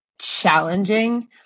challenging